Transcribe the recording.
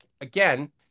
again